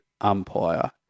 umpire